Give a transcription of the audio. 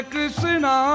Krishna